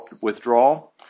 withdrawal